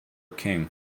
king